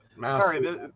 Sorry